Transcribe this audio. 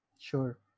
Sure